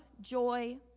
joy